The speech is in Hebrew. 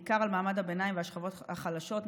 בעיקר על מעמד הביניים והשכבות החלשות,